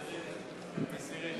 מסירים.